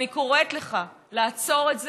אני קוראת לך לעצור את זה.